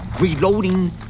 reloading